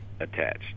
attached